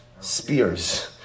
spears